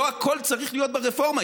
לא הכול צריך להיות ברפורמה,